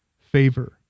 favor